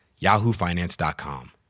YahooFinance.com